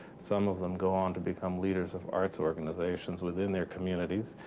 some of them go on to become leaders of arts organizations within their communities.